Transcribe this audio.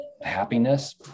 happiness